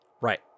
right